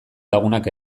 lagunak